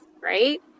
right